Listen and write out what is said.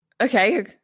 Okay